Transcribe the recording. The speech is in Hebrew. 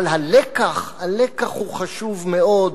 אבל הלקח הוא חשוב מאוד.